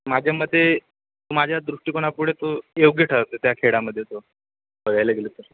माझ्या मते तो माझ्या दृष्टिकोनापुढे तो योग्य ठरतो त्या खेळामध्ये तो बघायला गेलं तर